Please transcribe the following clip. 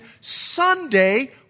Sunday